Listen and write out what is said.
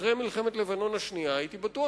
אחרי מלחמת לבנון השנייה הייתי בטוח